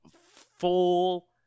full